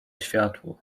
światło